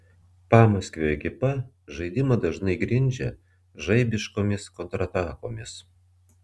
pamaskvio ekipa žaidimą dažnai grindžia žaibiškomis kontratakomis